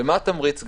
מה התמריץ?